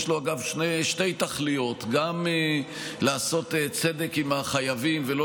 יש לו שתי תכליות: גם לעשות צדק עם החייבים ולא